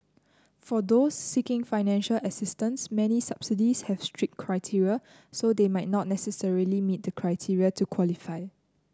for those seeking financial assistance many subsidies have strict criteria so they might not necessarily meet the criteria to qualify